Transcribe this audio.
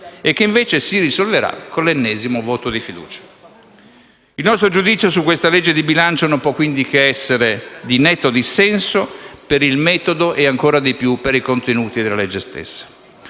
e che invece si risolverà con l'ennesimo voto di fiducia. Il nostro giudizio su questa legge di bilancio non può quindi che essere di netto dissenso, per il metodo e ancora di più per i contenuti. Ma mi preme